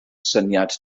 syniad